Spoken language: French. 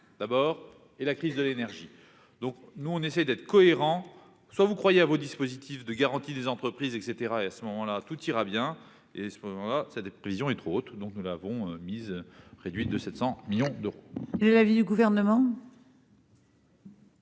d'abord et la crise de l'énergie, donc nous on essaie d'être cohérent, soit vous croyez vos dispositif de garantie des entreprises, et cetera et à ce moment-là, tout ira bien et à ce moment-là, c'est des prévisions et trop tout, donc nous l'avons mise réduites de 700 millions d'euros. L'avis du gouvernement.